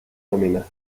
nominal